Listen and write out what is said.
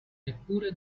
neppure